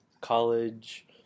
college